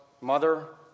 mother –